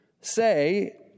say